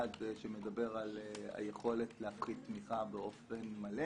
שמדבר על היכולת להפחית תמיכה באופן מלא,